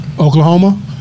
Oklahoma